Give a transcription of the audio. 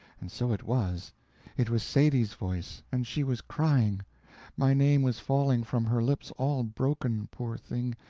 and so it was it was sadie's voice, and she was crying my name was falling from her lips all broken, poor thing,